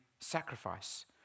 sacrifice